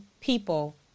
people